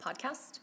podcast